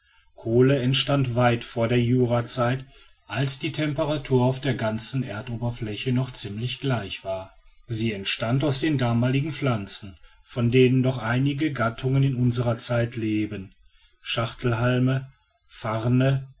kohle entstand weit vor der jurazeit als die temperatur auf der ganzen erdoberfläche noch ziemlich gleich war sie entstand aus den damaligen pflanzen von denen noch einige gattungen in userer zeit leben schachtelhalme farne